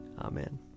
Amen